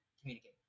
communicate